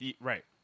Right